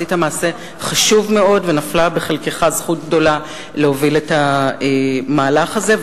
עשית מעשה חשוב מאוד ונפלה בחלקך זכות גדולה להוביל את המהלך הזה.